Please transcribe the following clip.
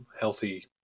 healthy